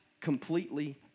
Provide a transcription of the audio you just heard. completely